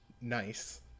nice